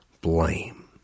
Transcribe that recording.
blame